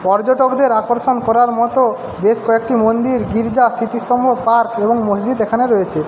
পর্যটকদের আকর্ষণ করার মতো বেশ কয়েকটি মন্দির গীর্জা স্মৃতিস্তম্ভ পার্ক এবং মসজিদ এখানে রয়েছে